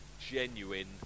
genuine